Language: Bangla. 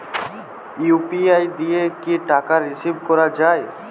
ইউ.পি.আই দিয়ে কি টাকা রিসিভ করাও য়ায়?